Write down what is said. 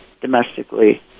domestically